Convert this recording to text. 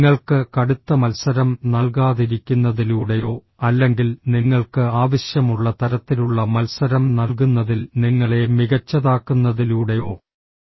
നിങ്ങൾക്ക് കടുത്ത മത്സരം നൽകാതിരിക്കുന്നതിലൂടെയോ അല്ലെങ്കിൽ നിങ്ങൾക്ക് ആവശ്യമുള്ള തരത്തിലുള്ള മത്സരം നൽകുന്നതിൽ നിങ്ങളെ മികച്ചതാക്കുന്നതിലൂടെയോ